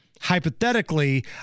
hypothetically